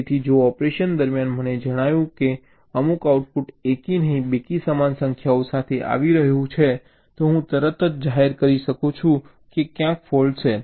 તેથી જો ઓપરેશન દરમિયાન મને જણાયું કે અમુક આઉટપુટ એકી નહીં બેકી સમાન સંખ્યાઓ સાથે આવી રહ્યું છે તો હું તરત જ જાહેર કરી શકું છું કે ક્યાંક ફૉલ્ટ છે